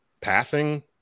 passing